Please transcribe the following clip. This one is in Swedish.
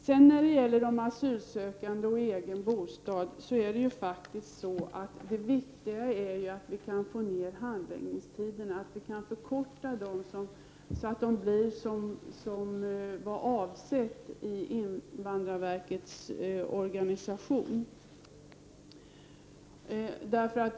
När det sedan gäller de asylsökandes möjligheter att få en egen bostad, är det viktiga att vi kan få ned handläggningstiderna till den tid det som avsågs i invandrarverkets organisation.